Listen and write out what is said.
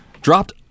dropped